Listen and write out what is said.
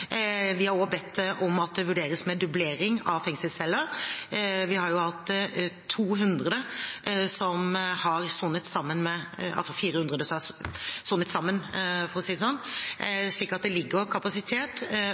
Vi har også bedt om at dublering av fengselsceller vurderes. Vi har jo hatt 200 – altså 400 har sonet sammen, for å si det sånn, slik at det ligger kapasitet